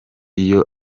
iyo